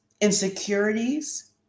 insecurities